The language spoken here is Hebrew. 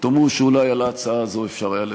תאמרו שאולי על ההצעה הזאת אפשר היה לוותר.